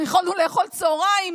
יכולנו לאכול צוהריים,